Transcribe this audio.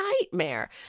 nightmare